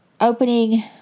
opening